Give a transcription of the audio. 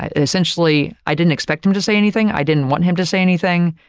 ah essentially, i didn't expect him to say anything. i didn't want him to say anything.